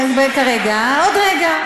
עוד רגע,